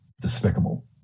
despicable